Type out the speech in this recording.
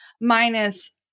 minus